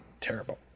terrible